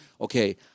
okay